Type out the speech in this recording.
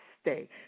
stay